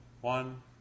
one